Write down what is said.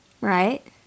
Right